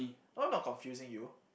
no I'm not confusing you